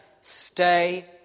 Stay